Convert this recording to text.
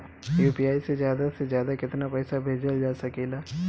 UPI से ज्यादा से ज्यादा केतना पईसा भेजल जा सकेला?